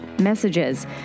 messages